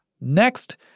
Next